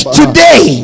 today